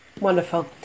Wonderful